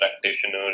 practitioners